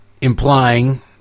implying